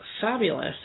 fabulous